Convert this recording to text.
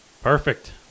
Perfect